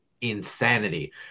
insanity